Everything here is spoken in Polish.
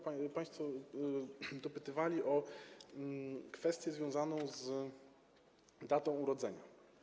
Państwo pytali o kwestię związaną z datą urodzenia.